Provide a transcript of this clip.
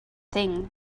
thing